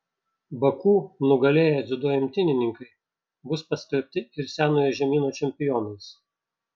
baku nugalėję dziudo imtynininkai bus paskelbti ir senojo žemyno čempionais